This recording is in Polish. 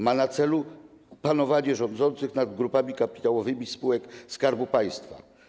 Ma na celu panowanie rządzących nad grupami kapitałowymi spółek Skarbu Państwa.